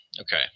okay